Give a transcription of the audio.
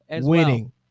winning